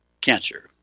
cancer